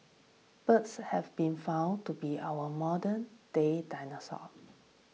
birds have been found to be our modern day dinosaurs